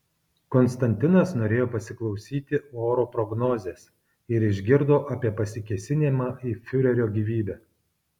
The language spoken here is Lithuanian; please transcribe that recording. konstantinas norėjo pasiklausyti oro prognozės ir išgirdo apie pasikėsinimą į fiurerio gyvybę